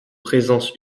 présence